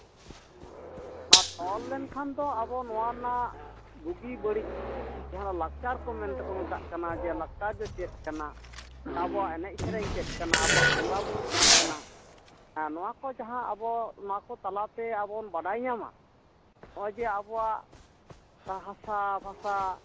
ᱚᱱᱟ ᱛᱚᱞ ᱞᱮᱱᱠᱷᱟᱱ ᱫᱚ ᱟᱵᱚ ᱱᱚᱣᱟ ᱨᱮᱱᱟᱜ ᱵᱩᱜᱤ ᱵᱟᱹᱲᱤᱡ ᱱᱚᱣᱟ ᱞᱟᱠᱪᱟᱨ ᱠᱚ ᱢᱮᱱᱛᱮᱠᱚ ᱢᱮᱛᱟᱜ ᱠᱟᱱᱟ ᱡᱮ ᱞᱟᱠᱪᱟᱨ ᱫᱚ ᱪᱮᱫ ᱠᱟᱱᱟ ᱟᱵᱚᱣᱟᱜ ᱮᱱᱮᱡ ᱥᱮᱨᱮᱧ ᱪᱮᱫ ᱠᱟᱱᱟ ᱟᱵᱚᱣᱟᱜ ᱵᱚᱸᱜᱟᱼᱵᱩᱨᱩ ᱪᱤᱫ ᱠᱟᱱᱟ ᱱᱚᱣᱟ ᱠᱚ ᱡᱟᱦᱟᱸ ᱟᱵᱚ ᱚᱱᱟᱠᱚ ᱛᱟᱞᱟᱛᱮ ᱵᱚ ᱵᱟᱰᱟᱭ ᱧᱟᱢᱟ ᱱᱚᱜᱼᱚᱭ ᱡᱮ ᱟᱵᱚᱣᱟᱜ ᱡᱟᱦᱟᱸ ᱦᱟᱥᱟ ᱵᱷᱟᱥᱟ